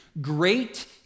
great